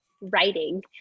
writing